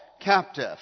captive